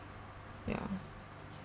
ya